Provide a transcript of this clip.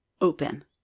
open